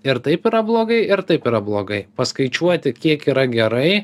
ir taip yra blogai ir taip yra blogai paskaičiuoti kiek yra gerai